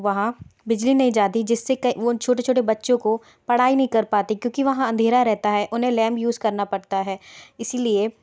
वहाँ बिजली नहीं जाती जिससे वह छोटे छोटे बच्चों को पढ़ाई नहीं कर पाते क्योंकि वहाँ अंधेरा रहता है उन्हें लैंप यूज़ करना पड़ता है इसलिए